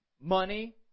money